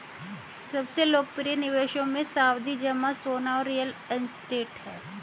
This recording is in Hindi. सबसे लोकप्रिय निवेशों मे, सावधि जमा, सोना और रियल एस्टेट है